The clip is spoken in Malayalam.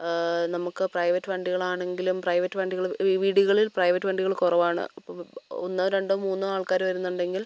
നമുക്ക് പ്രൈവറ്റ് വണ്ടികളാണെങ്കിലും പ്രൈവറ്റ് വണ്ടികൾ ഈ വീടുകളിൽ പ്രൈവറ്റ് വണ്ടികൾ കുറവാണ് അപ്പോൾ ഒന്നോ രണ്ടോ മൂന്നോ ആൾക്കാർ വരുന്നുണ്ടെങ്കിൽ